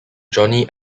johnny